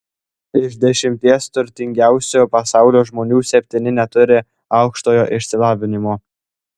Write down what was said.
iš dešimties turtingiausių pasaulio žmonių septyni neturi aukštojo išsilavinimo